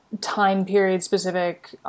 time-period-specific